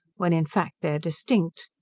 when, in fact, they are distinct.